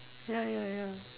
ya ya ya